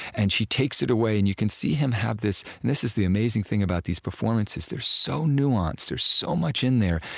and she takes it away, and you can see him have this and this is the amazing thing about these performances. they're so nuanced. there's so much in there.